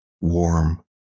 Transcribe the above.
warm